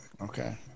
okay